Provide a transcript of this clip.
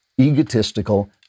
egotistical